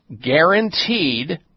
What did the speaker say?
guaranteed